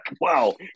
wow